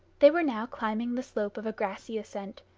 they were now climbing the slope of a grassy ascent.